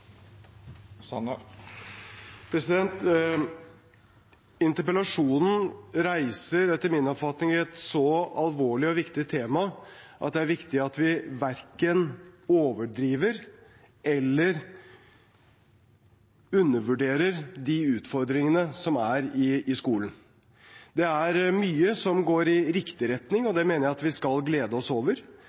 Interpellasjonen reiser etter min oppfatning et så alvorlig og viktig tema at det er viktig at vi verken overdriver eller undervurderer de utfordringene som er i skolen. Det er mye som går i riktig retning, og det mener jeg at vi skal glede oss over.